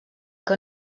que